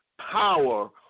power